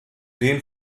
den